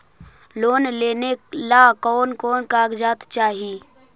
Loan लेने ला कोन कोन कागजात चाही?